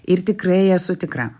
ir tikrai esu tikra